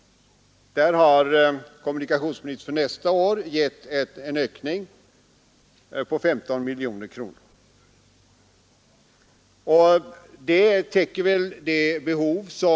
Där har kommunikationsministern för nästa år föreslagit en ökning på 15 miljoner kronor.